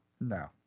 No